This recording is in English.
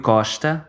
Costa